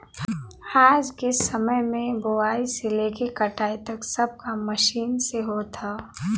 आज के समय में बोआई से लेके कटाई तक सब काम मशीन से होत हौ